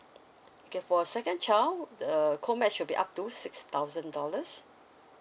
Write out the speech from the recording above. okay for a second child the uh co match will be up to six thousand dollars